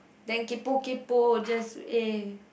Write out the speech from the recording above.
then kaypoh kaypoh just eh